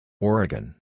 Oregon